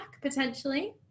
potentially